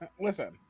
listen